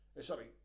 sorry